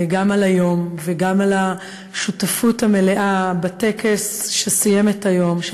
גם על היום וגם על השותפות המלאה בטקס שסיים את היום,